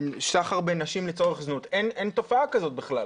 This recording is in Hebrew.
סחר בנשים לצורך זנות, אין תופעה כזאת בכלל.